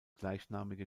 gleichnamige